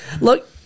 Look